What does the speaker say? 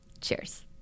cheers